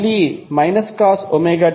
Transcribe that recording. అది మళ్ళీ cos ωt